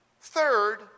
Third